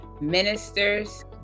Ministers